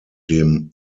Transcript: dem